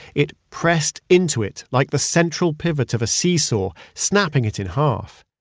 it pressed into it like the central pivot of a seesaw snapping it in half.